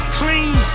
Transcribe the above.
clean